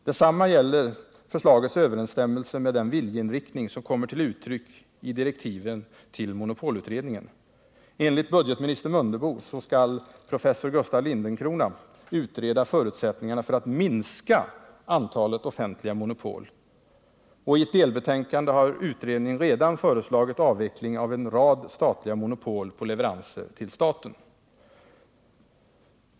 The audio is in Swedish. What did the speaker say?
Detsamma gäller förslagets överensstämmelse med viljeinriktningen i direktiven till monopolutredningen. Enligt budgetminister Mundebo skall professor Gustaf Lindencrona utreda förutsättningarna för att minska antalet offentliga monopol. I ett delbetänkande har utredningen redan föreslagit avveckling av en rad statliga monopol på leveranser till staten.